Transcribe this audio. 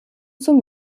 zum